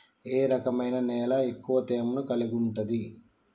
ఏ రకమైన నేల ఎక్కువ తేమను కలిగుంటది?